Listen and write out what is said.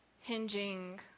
hinging